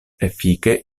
efike